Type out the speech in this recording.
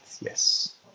yes